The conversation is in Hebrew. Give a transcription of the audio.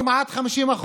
כמעט 50%,